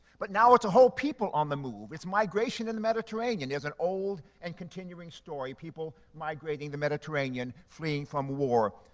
but now it's a whole people on the move. it's migration in the mediterranean. there's an old and continuing story, people migrating the mediterranean, fleeing from the war.